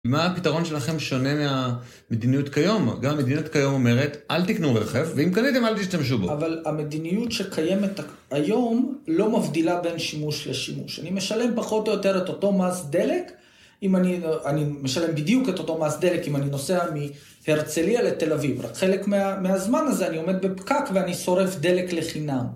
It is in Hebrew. מה הפתרון שלכם שונה מהמדיניות כיום? גם המדיניות כיום אומרת, אל תקנו רכב, ואם קניתם אל תשתמשו בו. אבל המדיניות שקיימת היום, לא מבדילה בין שימוש לשימוש. אני משלם פחות או יותר את אותו מס דלק, אני משלם בדיוק את אותו מס דלק, אם אני נוסע מהרצליה לתל אביב. רק חלק מהזמן הזה אני עומד בפקק, ואני שורף דלק לחינם.